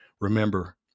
Remember